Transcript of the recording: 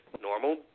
normal